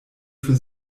für